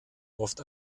oft